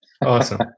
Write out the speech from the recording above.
Awesome